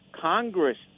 Congress